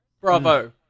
Bravo